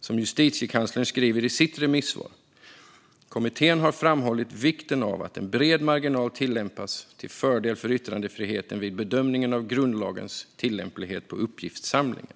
Som Justitiekanslern skriver i sitt remissvar: "Kommittén har framhållit vikten av att en bred marginal tillämpas till fördel för yttrandefriheten vid bedömningen av grundlagens tillämplighet på uppgiftssamlingen.